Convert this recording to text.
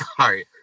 sorry